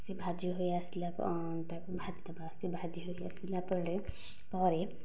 ସେ ଭାଜି ହୋଇ ଆସିଲା ସେ ଭାଜି ହୋଇ ଆସିଲା ପରେ ପରେ